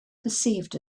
perceived